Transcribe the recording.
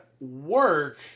work